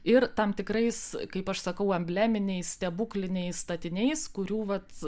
ir tam tikrais kaip aš sakau embleminiai stebukliniais statiniais kurių vat